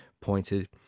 pointed